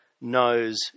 knows